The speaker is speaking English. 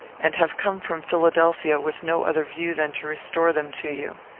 and have come from philadelphia with no other view than to restore them to you.